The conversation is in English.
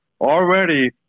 already